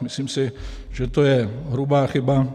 Myslím si, že to je hrubá chyba.